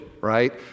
right